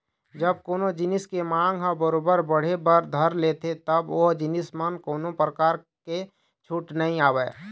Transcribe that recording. जब कोनो जिनिस के मांग ह बरोबर बढ़े बर धर लेथे तब ओ जिनिस म कोनो परकार के छूट नइ आवय